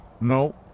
No